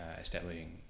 establishing